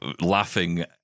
laughing